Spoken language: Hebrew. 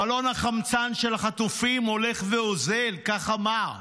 חלון החמצן של החטופים הולך ואוזל, כך אמר.